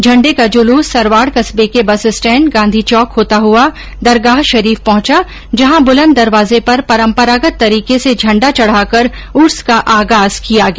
झंडे का जुलुस सरवाड़ कस्बे के बस स्टेण्ड गांधी चौक होता हुआ दरगाह शरीफ पहुंचा जहां बुलंद दरवाजे पर परम्परागत तरीके से झंडा चढाकर उर्स का आगाज किया गया